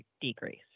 decrease